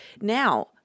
Now